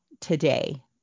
today